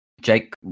Jake